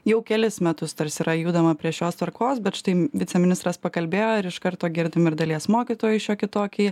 jau kelis metus tarsi yra judama prie šios tvarkos bet štai viceministras pakalbėjo ir iš karto girdime ir dalies mokytojų šiokį tokį